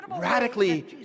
radically